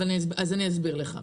אני אסביר לך.